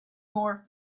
more